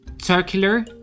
circular